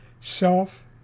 self